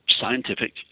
scientific